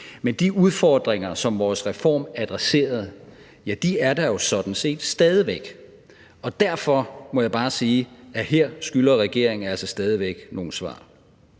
men de udfordringer, som vores reform adresserede, er der jo sådan set stadig væk, og derfor må jeg bare sige, at her skylder regeringen altså stadig væk nogle svar.